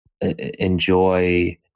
enjoy